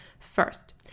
First